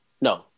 No